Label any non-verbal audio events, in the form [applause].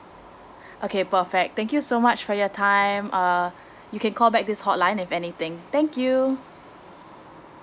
[breath] okay perfect thank you so much for your time uh [breath] you can call back this hotline if anything thank you